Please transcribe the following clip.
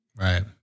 Right